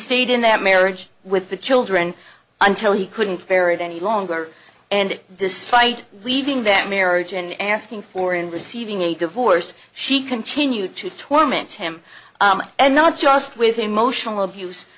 stayed in that marriage with the children until he couldn't bear it any longer and despite leaving that marriage and asking for and receiving a divorce she continued to torment him and not just with emotional abuse